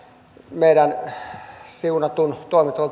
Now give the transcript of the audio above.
meidän siunatun